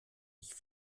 ich